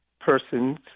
persons